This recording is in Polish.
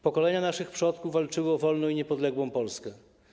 Pokolenia naszych przodków walczyły o wolną i niepodległą Polskę.